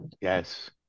yes